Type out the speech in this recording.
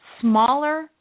smaller